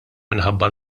minħabba